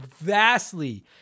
vastly